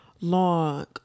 long